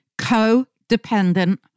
codependent